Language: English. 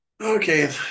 Okay